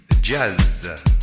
Jazz